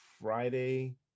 Friday